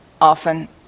often